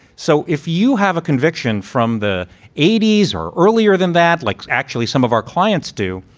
so if you have a conviction from the eighty s or earlier than that likes actually some of our clients do,